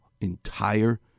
entire